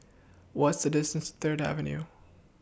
What IS The distance to Third Avenue